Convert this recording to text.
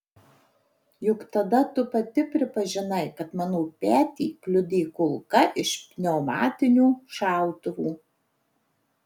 juk tada tu pati pripažinai kad mano petį kliudė kulka iš pneumatinio šautuvo